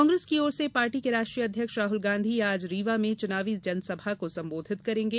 कांग्रेस की ओर से पार्टी के राष्ट्रीय अध्यक्ष राहुल गांधी आज रीवा में चुनावी जनसभा को संबोधित करेंगे